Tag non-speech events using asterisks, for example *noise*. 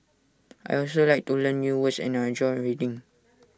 *noise* I also like to learn new words and I enjoy reading